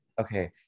Okay